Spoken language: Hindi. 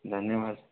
धन्यवाद